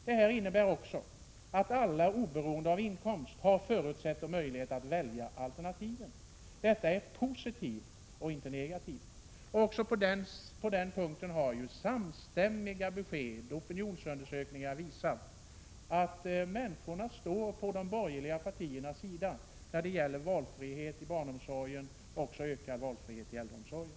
Detta innebär också att alla oberoende av inkomst har förutsättningar och möjlighet att välja alternativ. Detta är positivt och inte negativt. Samstämmiga besked och opinionsundersökningar har visat att människorna står på de borgerliga partiernas sida när det gäller valfrihet i barnomsorgen och ökad valfrihet i äldreomsorgen.